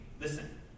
Listen